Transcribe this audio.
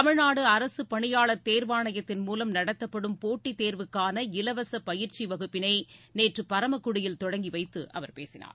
தமிழ்நாடு அரசுப் பணியாளர் தேர்வாணையத்தின் மூலம் நடத்தப்படும் போட்டித் தேர்வுக்கான இலவசப் பயிற்சி வகுப்பினை நேற்று பரமக்குடியில் தொடங்கி வைத்து அவர் பேசினார்